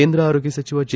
ಕೇಂದ್ರ ಆರೋಗ್ಡ ಸಚಿವ ಜೆ